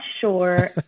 sure